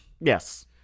Yes